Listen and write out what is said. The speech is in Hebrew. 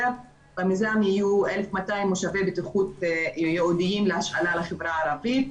במיזם יהיו 1,200 מושבי בטיחות ייעודיים להשאלה לחברה הערבית.